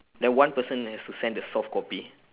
then one person has to send the soft copy